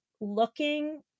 looking